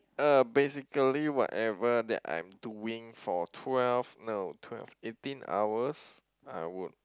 uh basically whatever that I'm doing for twelve no twelve eighteen hours I would